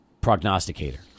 prognosticator